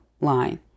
line